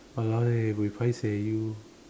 !walao! eh buay paiseh you